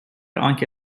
آنکه